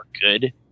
good